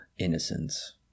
innocence